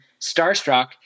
starstruck